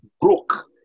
Broke